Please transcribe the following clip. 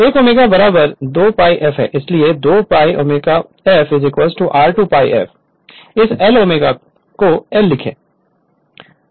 Ω बराबर 2 pi f है इसलिए 2 pi fω r2 pi f इस L ω को L लिखें